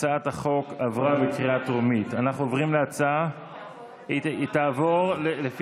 הצעת החוק עברה בקריאה טרומית ותעבור לדיון,